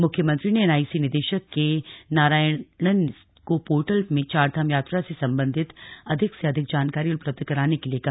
मुख्यमंत्री ने एनआईसी निदेशक के नारायणन को पोर्टल में चारधाम यात्रा से सम्बन्धित अधिक से अधिक जानकारी उपलब्ध कराने के लिए कहा